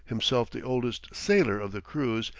himself the oldest sailor of the crews,